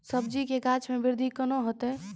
सब्जी के गाछ मे बृद्धि कैना होतै?